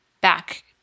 back